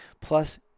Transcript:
plus